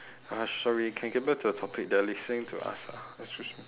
uh sorry can get back to the topic they're listening to us ah excuse me